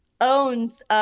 Owns